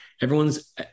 everyone's